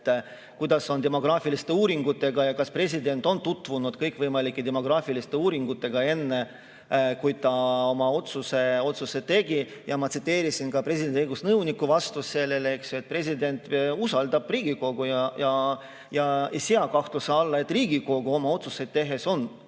kuidas on demograafiliste uuringutega ja kas president tutvus kõikvõimalike demograafiliste uuringutega enne, kui ta oma otsuse tegi. Ja ma tsiteerisin ka presidendi õigusnõuniku vastust sellele, eks ju, et president usaldab Riigikogu ega sea kahtluse alla, et Riigikogu oma otsuseid tehes on